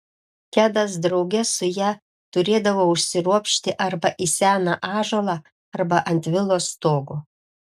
kedas drauge su ja turėdavo užsiropšti arba į seną ąžuolą arba ant vilos stogo